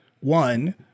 one